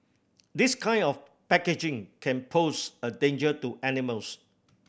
this kind of packaging can pose a danger to animals